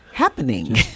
Happening